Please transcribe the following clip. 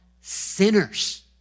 sinners